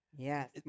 Yes